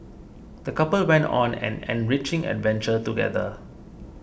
the couple went on an enriching adventure together